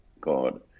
God